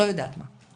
לא יודעת מה.